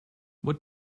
what